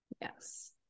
Yes